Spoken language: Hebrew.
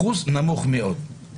אחוז נמוך מאוד.